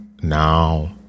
now